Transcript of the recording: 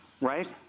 Right